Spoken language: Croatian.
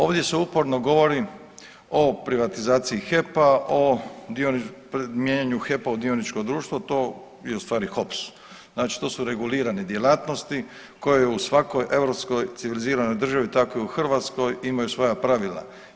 Ovdje se uporno govori o privatizaciji HEP-a, o mijenjanju HEP-a u dioničko društvo, to je ustvari HOPS znači to su regulirane djelatnosti koja u svakoj europskoj civiliziranoj državi tako i u Hrvatskoj imaju svoja pravila.